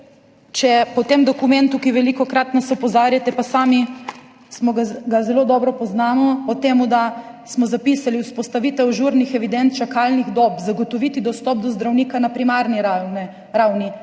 s katerim nas velikokrat opozarjate, pa ga sami zelo dobro poznamo, o tem, da smo zapisali vzpostavitev ažurnih evidenc čakalnih dob, zagotoviti dostop do zdravnika na primarni ravni,